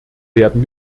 werden